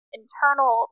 internal